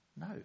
no